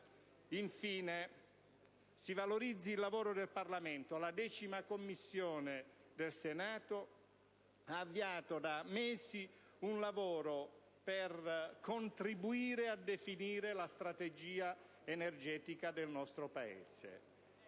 Infine, si valorizzi il lavoro del Parlamento. La 10ª Commissione del Senato ha avviato da mesi un lavoro per contribuire a definire la strategia energetica del nostro Paese.